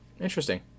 Interesting